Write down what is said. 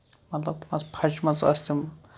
مطلب پھچمَژٕ ٲسۍ تِم